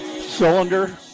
cylinder